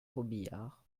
robiliard